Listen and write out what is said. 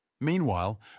Meanwhile